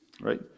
Right